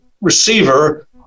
receiver